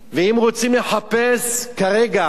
ואם רוצים לחפש כרגע,